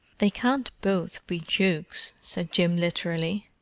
they can't both be dukes, said jim literally.